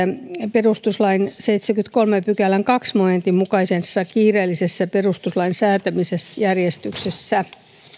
perustuslain seitsemännenkymmenennenkolmannen pykälän toisen momentin mukaisessa kiireellisessä perustuslain säätämisjärjestyksessä